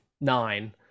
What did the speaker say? nine